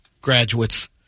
graduates